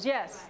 Yes